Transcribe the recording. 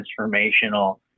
transformational